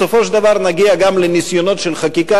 בסופו של דבר נגיע גם לניסיונות של חקיקה,